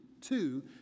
two